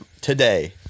today